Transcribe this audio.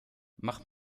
mach